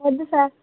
వద్దు సార్